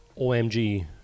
OMG